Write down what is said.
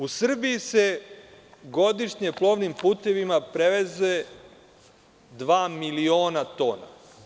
U Srbiji se godišnje plovnim putevima preveze dva miliona tona.